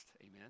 amen